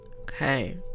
okay